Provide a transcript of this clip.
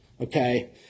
okay